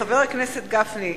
חבר הכנסת גפני,